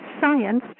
science